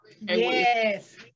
Yes